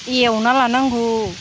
एवना लानांगौ